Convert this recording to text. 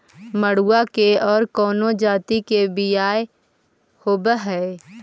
मडूया के और कौनो जाति के बियाह होव हैं?